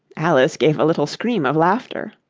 alice gave a little scream of laughter.